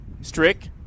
Strick